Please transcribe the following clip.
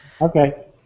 Okay